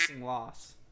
loss